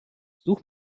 such